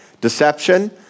deception